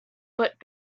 but